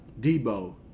Debo